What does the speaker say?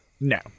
No